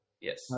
Yes